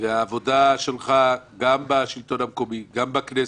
והעבודה שלך בשלטון המקומי ובכנסת,